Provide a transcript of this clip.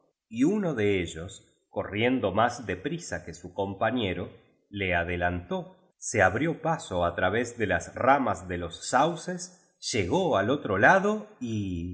y uno de ellos corriendo más de prisa que su compañero le adelantó se abrió paso al través de las ramas de los sauces llegó al otro lado y